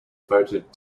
voted